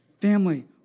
Family